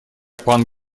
пан